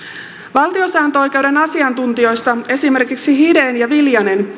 valtiosääntöoikeuden asiantuntijoista esimerkiksi hiden ja viljanen